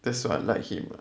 that's why I like him ah